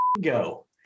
go